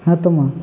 ᱦᱮᱸ ᱛᱚ ᱢᱟ